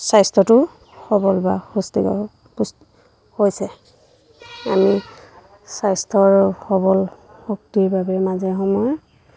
স্বাস্থ্যটো সবল বা সুষ্টিকৰ পুষ্টি হৈছে আমি স্বাস্থ্যৰ সবল শক্তিৰ বাবে মাজে সময়ে